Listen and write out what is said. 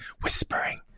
whispering